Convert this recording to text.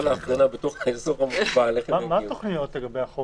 מה התוכניות לגבי החוק הזה?